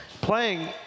Playing